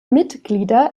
mitglieder